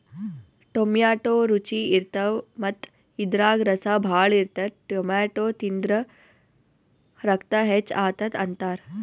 tomato ರುಚಿ ಇರ್ತವ್ ಮತ್ತ್ ಇದ್ರಾಗ್ ರಸ ಭಾಳ್ ಇರ್ತದ್ ಟೊಮ್ಯಾಟೋ ತಿಂದ್ರ್ ರಕ್ತ ಹೆಚ್ಚ್ ಆತದ್ ಅಂತಾರ್